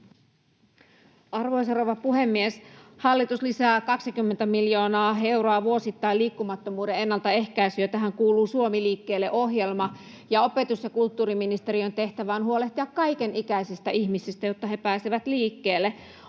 rouva puhemies! Hallitus lisää 20 miljoonaa euroa vuosittain liikkumattomuuden ennaltaehkäisyyn, ja tähän kuuluu Suomi liikkeelle -ohjelma. Opetus- ja kulttuuriministeriön tehtävä on huolehtia kaikenikäisistä ihmisistä, jotta he pääsevät liikkeelle.